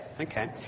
Okay